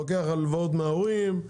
לוקח הלוואות מההורים,